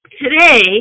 today